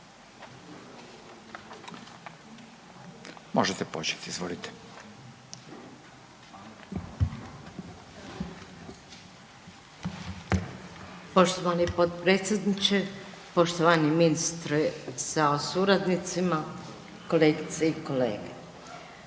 Ljubica (HDZ)** Poštovani potpredsjedniče, poštovani ministre sa suradnicima, kolegice i kolege,